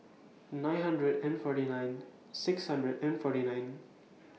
nine hundred and forty nine six hundred and forty nine